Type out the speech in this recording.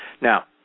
Now